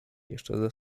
jeszcze